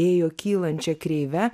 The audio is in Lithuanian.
ėjo kylančia kreive